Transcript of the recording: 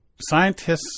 scientists